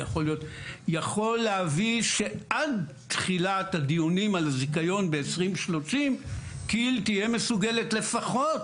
יכול להביא שעד תחילת הדיונים על הזיכיון ב-2030 כי"ל תהיה מסוגלת לפחות